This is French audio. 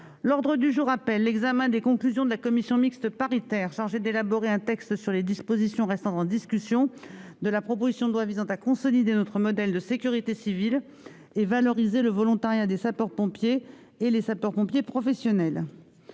L'ordre du jour appelle l'examen des conclusions de la commission mixte paritaire chargée d'élaborer un texte sur les dispositions restant en discussion de la proposition de loi visant à consolider notre modèle de sécurité civile et valoriser le volontariat des sapeurs-pompiers et les sapeurs-pompiers professionnels